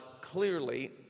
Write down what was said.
clearly